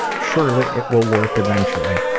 surely, it will work eventually.